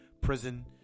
prison